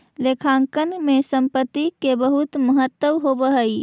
लेखांकन में संपत्ति के बहुत महत्व होवऽ हइ